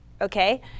Okay